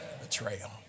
Betrayal